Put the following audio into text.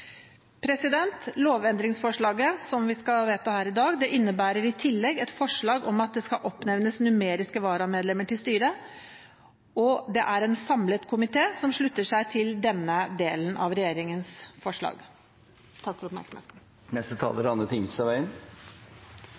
endringene. Lovendringsforslaget som vi skal vedta her i dag, innebærer i tillegg et forslag om at det skal oppnevnes numeriske varamedlemmer til styret, og det er en samlet komité som slutter seg til denne delen av regjeringens forslag.